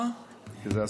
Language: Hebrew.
כי זה אסור.